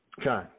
Okay